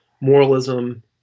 moralism